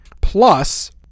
Plus